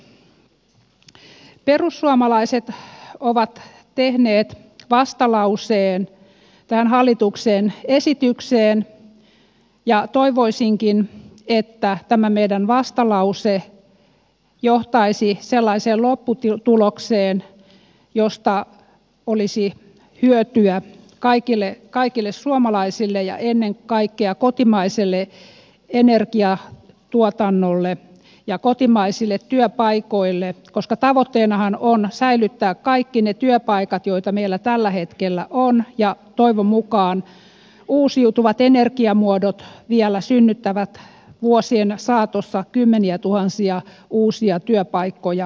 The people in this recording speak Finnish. perussuomalaiset ovat tehneet vastalauseen tähän hallituksen esitykseen ja toivoisinkin että tämä meidän vastalauseemme johtaisi sellaiseen lopputulokseen josta olisi hyötyä kaikille suomalaisille ja ennen kaikkea kotimaiselle energiatuotannolle ja kotimaisille työpaikoille koska tavoitteenahan on säilyttää kaikki ne työpaikat joita meillä tällä hetkellä on ja toivon mukaan uusiutuvat energiamuodot vielä synnyttävät vuosien saatossa kymmeniätuhansia uusia työpaikkoja suomeen